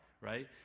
right